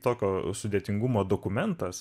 tokio sudėtingumo dokumentas